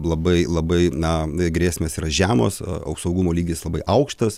labai labai na grėsmės yra žemos o saugumo lygis labai aukštas